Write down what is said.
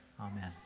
Amen